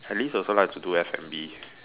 Alice also like to do F&B